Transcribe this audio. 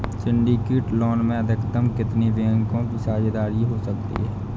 Syndicate loan में अधिकतम कितने बैंकों की साझेदारी हो सकती है?